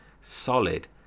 solid